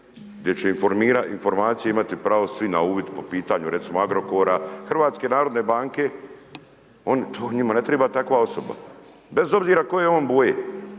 gdje će informacije imati pravo svi na uvid po pitanju recimo Agrokora, HNB-a, oni, to njima ne treba takva osoba, bez obzira koje je on boje.